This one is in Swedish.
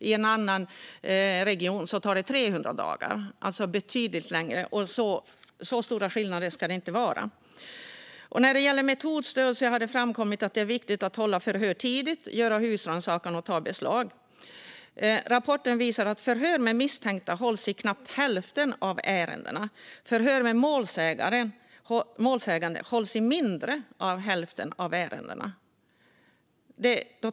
I en annan region tar det 300 dagar, alltså betydligt längre tid. Så stora skillnader ska det inte vara. När det gäller metodstöd har det framkommit att det är viktigt att hålla förhör tidigt, göra husrannsakan och ta beslag. Rapporten visar att förhör med misstänkta hålls i knappt hälften av ärendena. Förhör med målsägande hålls i mindre än hälften av ärendena.